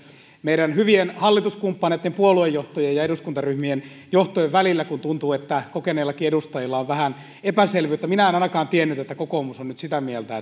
meidän hyvien hallituskumppaneittemme puoluejohtojen ja eduskuntaryhmien johtojen välillä kun tuntuu että kokeneillakin edustajilla on vähän epäselvyyttä minä en ainakaan tiennyt että kokoomus on nyt sitä mieltä